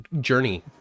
journey